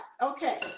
Okay